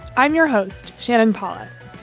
i'm your host, shannon palis.